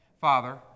Father